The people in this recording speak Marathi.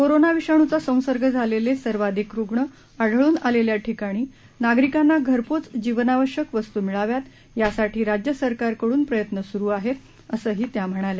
कोरोना विषाणूचा संसर्ग झालद्विर्वाधिक रुग्ण आढळून आलखा ठिकाणी नागरिकांना घरपोच जीवनावश्यक वस्तू मिळाव्यात यासाठी राज्य सरकारांकडून प्रयत्न सूरू आहत्ती असहीीत्या म्हणाल्या